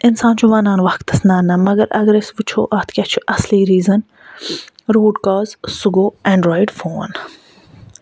اِنسان چھُ وَنان وقتَس نہ نہ مَگر اَگر أسۍ وُچھو اتھ کیاہ چھُ اَصلی ریٖزَن روٗٹ کاز سُہ گوٚو اٮ۪نڈرِیوڈ فون